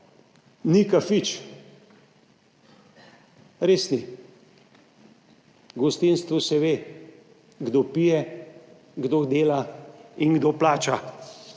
ni »kafič«, res ni. V gostinstvu se ve, kdo pije, kdo dela in kdo plača.